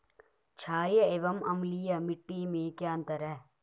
छारीय एवं अम्लीय मिट्टी में क्या अंतर है?